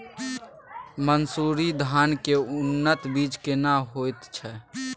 मन्सूरी धान के उन्नत बीज केना होयत छै?